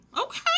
Okay